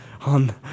on